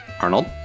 Arnold